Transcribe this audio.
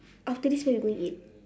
after this where we going eat